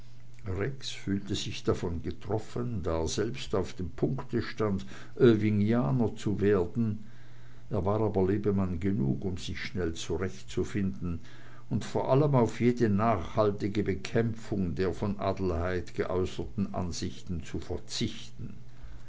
rex fühlte sich davon getroffen da er selbst auf dem punkte stand irvingianer zu werden er war aber lebemann genug um sich schnell zurechtzufinden und vor allem auf jede nachhaltige bekämpfung der von adelheid geäußerten ansichten zu verzichten